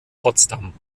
potsdam